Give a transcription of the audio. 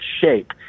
shape